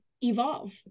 evolve